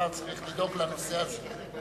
שצריך לדאוג לנושא הזה.